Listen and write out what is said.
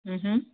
हूं हूं